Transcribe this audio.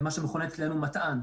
מה שמכונה אצלנו מתע"ן,